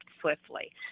swiftly